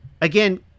Again